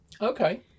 Okay